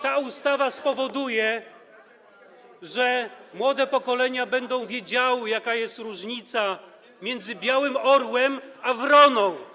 ta ustawa spowoduje, że młode pokolenia będą wiedziały, jaka jest różnica między białym orłem a wroną.